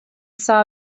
saw